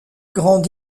grande